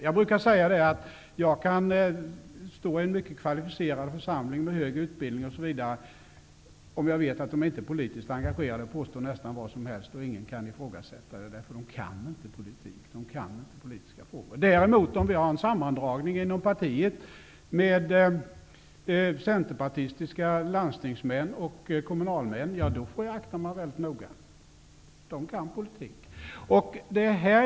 Jag brukar säga att jag kan stå i en mycket kvalificerad församling, bland människor med hög utbildning, och om jag vet att de inte är politiskt engagerade påstå nästan vad som helst. Ingen kan ifrågasätta det, för de kan inte politik. De kan inte politiska frågor. Om vi däremot har en sammandragning inom partiet, med centerpartistiska landstingsmän och kommunalmän, får jag akta mig väldigt noga. De kan politik.